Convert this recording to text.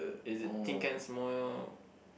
is it tin cans more